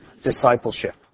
discipleship